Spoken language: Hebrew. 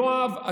יואב,